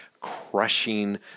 crushing